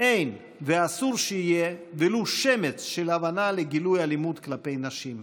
אין ואסור שיהיה ולו שמץ של הבנה לגילוי אלימות נגד נשים: